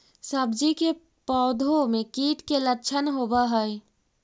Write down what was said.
सब्जी के पौधो मे कीट के लच्छन होबहय?